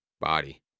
body